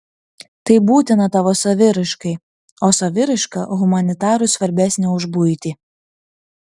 tai būtina tavo saviraiškai o saviraiška humanitarui svarbesnė už buitį